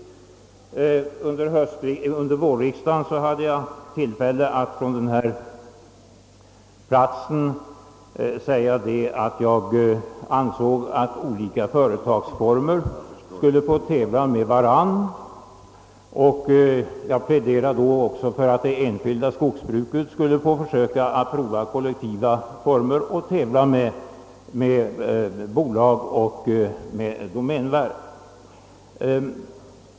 Under vårriksdagen hade jag tillfälle att från denna talarstol framhålla att olika företagsformer på skogens område borde få tävla med varandra, och jag pläderade även för att det enskilda skogsbruket skulle få pröva kollektiva former och tävla med bolagen och domänverket.